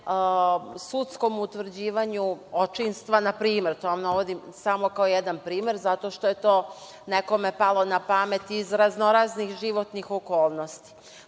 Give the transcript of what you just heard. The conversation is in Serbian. sudskom utvrđivanju očinstva, na primer. To vam navodim samo kao jedan primer, zato što je to nekome palo na pamet, iz raznoraznih životnih okolnosti. Pošto